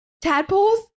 tadpoles